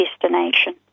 destination